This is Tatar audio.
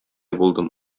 булдым